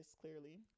clearly